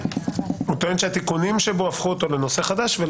טוען שהתיקונים שבו הפכו אותו לנושא חדש.